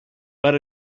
but